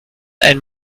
ein